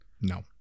No